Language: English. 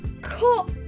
cut